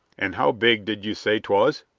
and how big did you say twas?